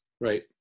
right